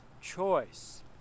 choice